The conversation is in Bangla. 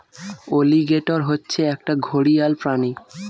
অলিগেটর হচ্ছে একটা ঘড়িয়াল প্রাণী